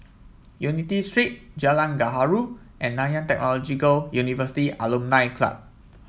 Unity Street Jalan Gaharu and Nanyang Technological University Alumni Club